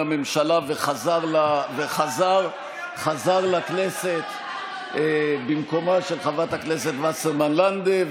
הממשלה וחזר לכנסת במקומה של חברת הכנסת וסרמן לנדה,